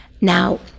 now